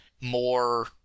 more